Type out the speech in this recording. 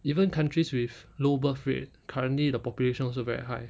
even countries with low birth rate currently the population also very high